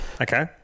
Okay